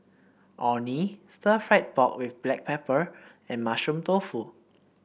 Orh Nee stir fry pork with Black Pepper and Mushroom Tofu